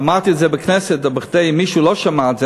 ואמרתי את זה בכנסת אבל אם מישהו לא שמע את זה,